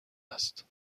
است